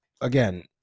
again